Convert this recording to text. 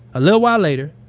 a little while later,